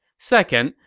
second,